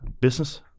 business